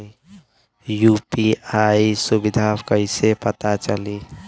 UPI सुबिधा कइसे पता चली?